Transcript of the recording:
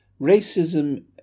racism